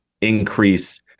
increase